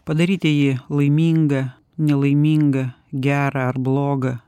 padaryti ji laimingą nelaimingą gerą ar blogą